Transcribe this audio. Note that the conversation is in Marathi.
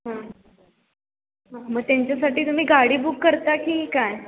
हां हां मग त्यांच्यासाठी तुम्ही गाडी बुक करता की काय